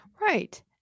Right